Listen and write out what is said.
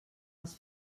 els